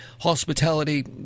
hospitality